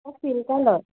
অঁ চিম্পল হয়